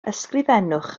ysgrifennwch